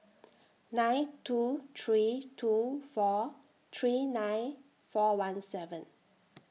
nine two three two four three nine four one seven